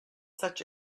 such